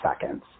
seconds